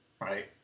right